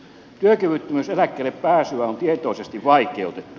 työkyvyttömyyseläkkeelle pääsyä on tietoisesti vaikeutettu